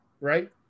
Right